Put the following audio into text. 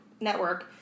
network